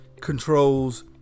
controls